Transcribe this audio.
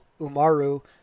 Umaru